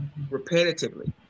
repetitively